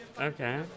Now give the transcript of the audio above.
Okay